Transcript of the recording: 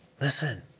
Listen